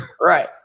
Right